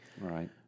Right